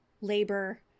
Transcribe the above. labor